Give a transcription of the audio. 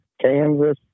Kansas